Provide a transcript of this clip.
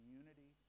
unity